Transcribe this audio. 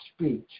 speech